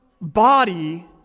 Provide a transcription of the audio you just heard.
body